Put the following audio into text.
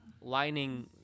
lining